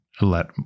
let